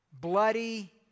bloody